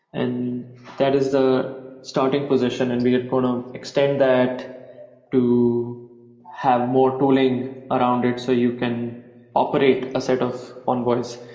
and that is the starting position and we get called on, extend that to have more tooling around it, so you can operate a set of envoys.